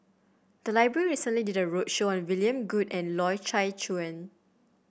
the library recently did a roadshow on William Goode and Loy Chye Chuan